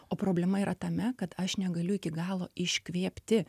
o problema yra tame kad aš negaliu iki galo iškvėpti